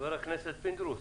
חבר הכנסת פינדרוס.